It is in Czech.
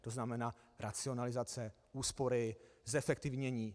To znamená racionalizace, úspory, zefektivnění.